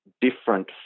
different